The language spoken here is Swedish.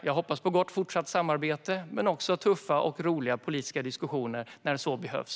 Jag hoppas på fortsatt gott samarbete men också tuffa och roliga politiska diskussioner när så behövs.